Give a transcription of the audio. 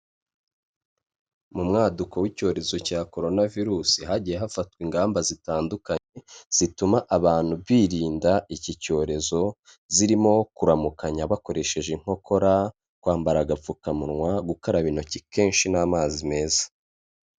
Mu mwaduko w'icyorezo cya korona virusi hagiye hafatwa ingamba zitandukanye zituma abantu birinda iki cyorezo, zirimo kuramukanya bakoresheje inkokora kwambara agapfukamunwa gukaraba intoki kenshi n'amazi meza.